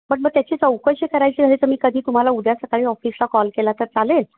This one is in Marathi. पण मग त्याची चौकशी करायची आहे तर मी कधी तुम्हाला उद्या सकाळी ऑफिसला कॉल केला तर चालेल